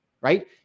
right